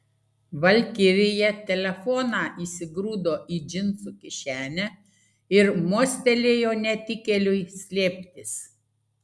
valkirija telefoną įsigrūdo į džinsų kišenę ir mostelėjo netikėliui slėptis